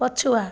ପଛୁଆ